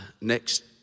next